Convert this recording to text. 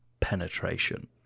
penetration